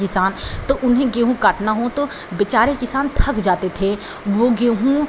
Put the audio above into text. किसान तो उन्हें गेहूँ काटना हो तो बेचारे किसान थक जाते थे वह गेहूँ